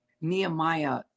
Nehemiah